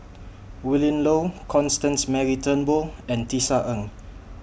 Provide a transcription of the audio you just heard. Willin Low Constance Mary Turnbull and Tisa Ng